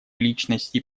личностей